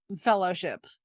Fellowship